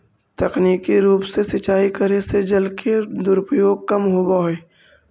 तकनीकी रूप से सिंचाई करे से जल के दुरुपयोग कम होवऽ हइ